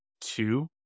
two